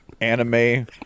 anime